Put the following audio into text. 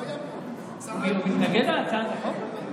הוא היה פה, צעק, הוא מתנגד להצעת החוק הזאת?